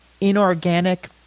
inorganic